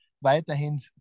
Weiterhin